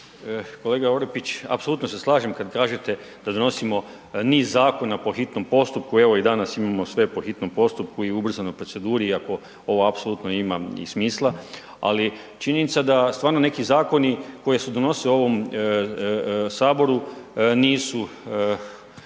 Kolega Orepić, apsolutno se slažem kad kažete da donosimo niz zakona po hitnom postupku, evo i danas imamo sve po hitnom postupku i ubrzanoj proceduri iako ovo apsolutno ima i smisla ali činjenica da stvarno neki zakoni koji se donose u ovom Saboru nisu